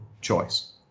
choice